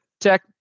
Tech